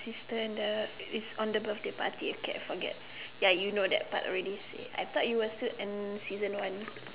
sister and the is on the birthday party okay I forget ya you know that part already I thought you were still in season one